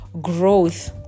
growth